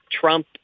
Trump